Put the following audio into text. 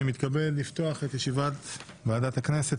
אני מתכבד לפתוח את ישיבת ועדת הכנסת.